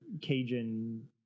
Cajun